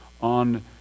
on